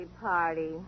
party